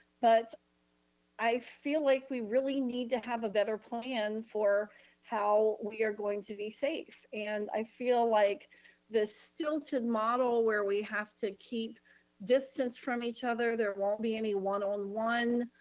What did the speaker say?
but i feel like we really need to have a better plan for how we are going to be safe. and i feel like this stilted model where we have to keep distance from each other, there won't be any one on one,